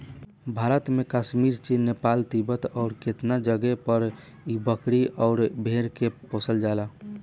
भारत में कश्मीर, चीन, नेपाल, तिब्बत अउरु केतना जगे पर इ बकरी अउर भेड़ के पोसल जाला